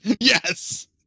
Yes